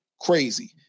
Crazy